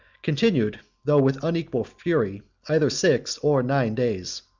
continued, though with unequal fury, either six or nine days.